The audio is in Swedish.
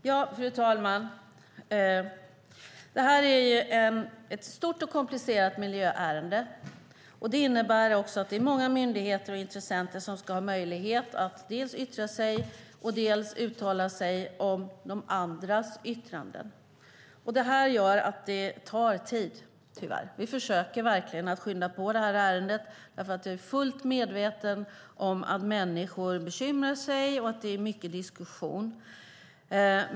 Fru talman! Detta är ett stort och komplicerat miljöärende. Det innebär att det är många myndigheter och intressenter som ska ha möjlighet att dels yttra sig, dels uttala sig om de andras yttranden. Det gör tyvärr att det tar tid. Vi försöker verkligen skynda på ärendet, eftersom vi är fullt medvetna om att människor bekymrar sig och att det är mycket diskussion.